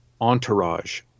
entourage